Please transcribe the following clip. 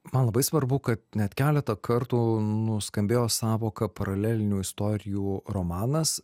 man labai svarbu kad net keletą kartų nuskambėjo sąvoka paralelinių istorijų romanas